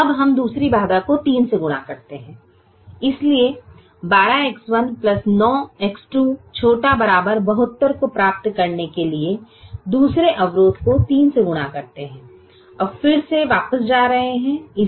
अब हम दूसरी बाधा को 3 से गुणा करते हैं इसलिए हम 12X1 9X2 ≤ 72 को प्राप्त करने के लिए दूसरे अवरोध को 3 से गुणा करते हैं